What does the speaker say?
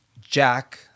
Jack